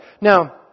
Now